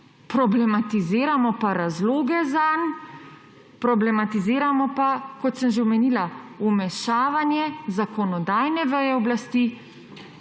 problematiziramo pa razloge zanj, problematiziramo pa, kot sem že omenila, vmešavanje izvršilne veje oblasti